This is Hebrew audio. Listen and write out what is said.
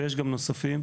ויש נוספים,